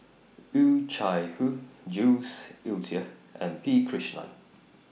Oh Chai Hoo Jules Itier and P Krishnan